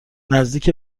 نزدیک